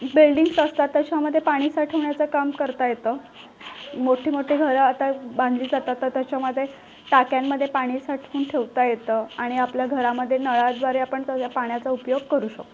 buildings असतात तेच्यामध्ये पाणी साठवण्याचं काम करता येतं मोठीमोठी घरं आता बांधली जातात तर त्याच्यामध्ये टाक्यांमध्ये पाणी साठवून ठेवता येतं आणि आपल्या घरामध्ये नळाद्वारे आपण सगळ्या पाण्याचा उपयोग करू शकतो